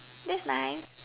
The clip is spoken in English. that's nice